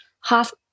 half